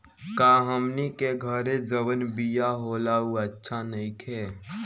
का हमनी के घरे जवन बिया होला उ अच्छा नईखे?